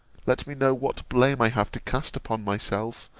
let me know what blame i have to cast upon myself,